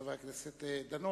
חבר הכנסת דנון,